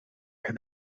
heb